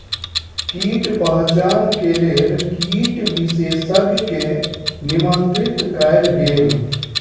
कीट पहचान के लेल कीट विशेषज्ञ के निमंत्रित कयल गेल